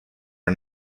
are